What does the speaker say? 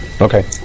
Okay